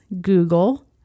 Google